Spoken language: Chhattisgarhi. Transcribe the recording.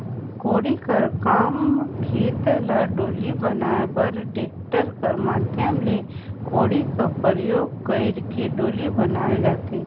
कोड़ी कर काम खेत ल डोली बनाए बर टेक्टर कर माध्यम ले कोड़ी कर परियोग कइर के डोली बनाल जाथे